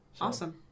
Awesome